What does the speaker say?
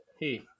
Hey